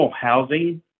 housing